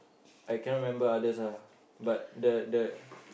I cannot remember others ah but the the